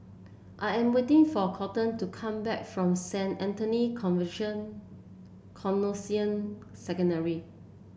I am waiting for Coleton to come back from Saint Anthony's Conversion Canossian Secondary